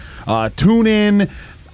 TuneIn